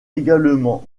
également